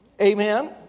Amen